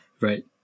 Right